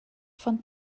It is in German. von